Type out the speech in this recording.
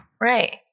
Right